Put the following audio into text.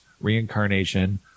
reincarnation